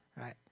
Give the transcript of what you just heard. right